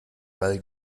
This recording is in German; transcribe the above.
ball